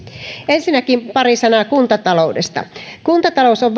ensinnäkin pari sanaa kuntataloudesta kuntatalous on